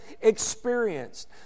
experienced